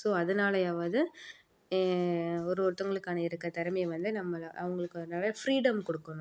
so அதனாலேயாவது ஒரு ஒருத்தங்களுக்கான இருக்க திறமைய வந்து நம்ம அவங்களுக்கு நல்ல ஃப்ரீடம் கொடுக்கணும்